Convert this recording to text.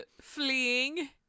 fleeing